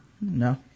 No